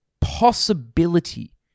possibility